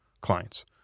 clients